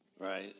Right